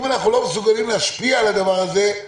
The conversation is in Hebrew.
אם אנחנו לא מסוגלים להשפיע על הדבר הזה,